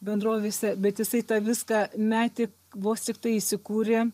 bendrovėse bet jisai tą viską metė vos tiktai įsikūrė